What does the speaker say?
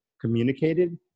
communicated